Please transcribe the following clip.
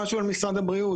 הבריאות.